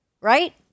right